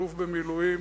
אלוף במילואים